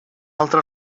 altre